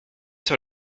sur